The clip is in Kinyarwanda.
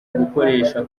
gukoresha